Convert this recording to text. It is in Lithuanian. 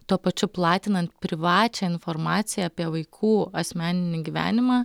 tuo pačiu platinant privačią informaciją apie vaikų asmeninį gyvenimą